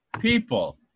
people